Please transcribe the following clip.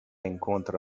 incontra